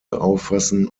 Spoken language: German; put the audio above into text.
auffassen